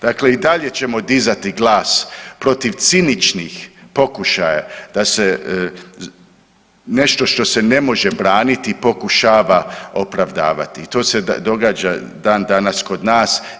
Dakle, i dalje ćemo dizati glas protiv ciničnih pokušaja da se nešto što se ne može braniti pokušava opravdavati i to se događa dan danas kod nas.